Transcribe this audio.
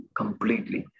completely